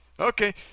Okay